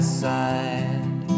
side